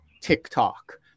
TikTok